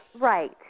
right